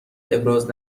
ابراز